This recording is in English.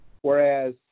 whereas